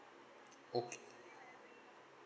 okay